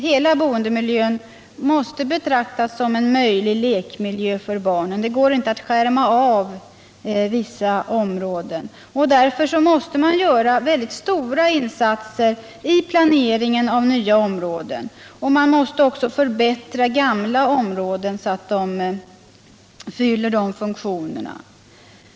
Hela boendemiljön måste betraktas som en möjlig lekmiljö för barnen — det går inte att skärma av vissa områden —- och därför måste stora insatser göras i planeringen av nya områden, och gamla områden måste förbättras, så att de fyller funktionerna.